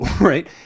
right